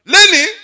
Lenny